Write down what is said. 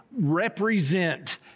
represent